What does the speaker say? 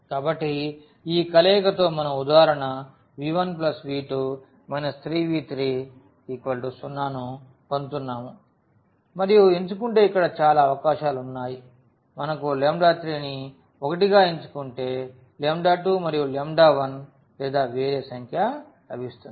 కాబట్టి ఈ కలయికతో మనం ఉదాహరణకు v1v2 3v3 0 ను పొందుతున్నాము మరియు ఎంచుకుంటే ఇక్కడ చాలా అవకాశాలు ఉన్నాయి మనకు 3 ని 1 గా ఎంచుకుంటే 2 మరియు 1 లేదా వేరే సంఖ్య లభిస్తుంది